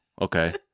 okay